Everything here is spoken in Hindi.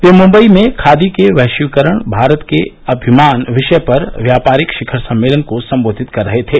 वे मुंबई में खादी के वैश्वीकरण भारत के अभिमान विषय पर व्यापारिक शिखर सम्मेलन को संबोधित कर रहे थे